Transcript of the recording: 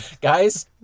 Guys